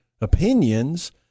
opinions